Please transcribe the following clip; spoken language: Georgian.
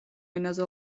ენაზე